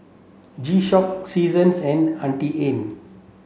G Shock Seasons and Auntie Anne